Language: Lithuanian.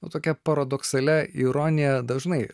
nu tokia paradoksalia ironija dažnai